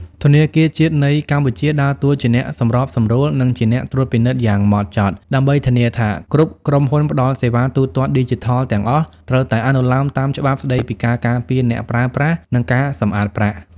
ធនាគារជាតិនៃកម្ពុជាដើរតួជាអ្នកសម្របសម្រួល និងជាអ្នកត្រួតពិនិត្យយ៉ាងហ្មត់ចត់ ដើម្បីធានាថាគ្រប់ក្រុមហ៊ុនផ្ដល់សេវាទូទាត់ឌីជីថលទាំងអស់ត្រូវតែអនុលោមតាមច្បាប់ស្ដីពីការការពារអ្នកប្រើប្រាស់ និងការសម្អាតប្រាក់។